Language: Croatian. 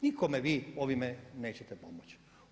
Nikome vi ovime nećete pomoći.